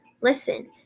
Listen